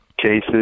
cases